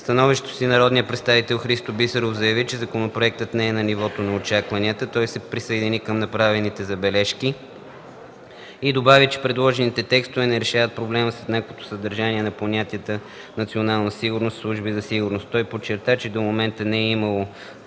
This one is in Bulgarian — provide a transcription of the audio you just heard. становището си народният представител Христо Бисеров заяви, че законопроектът не е на нивото на очакванията. Той се присъедини към направените забележки и добави, че предложените текстове не решават проблема с еднаквото съдържание на понятията „национална сигурност” и „служби за сигурност”. Бисеров подчерта, че до момента не е имало